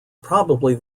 probably